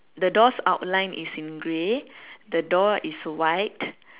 the door's outline is in grey the door is white